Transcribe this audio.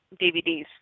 DVDs